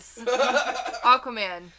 Aquaman